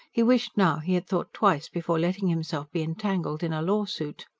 he wished now he had thought twice before letting himself be entangled in a lawsuit.